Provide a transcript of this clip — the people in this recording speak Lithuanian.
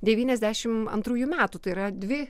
devyniasdešim antrųjų metų tai yra dvi